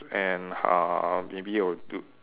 and uh maybe will do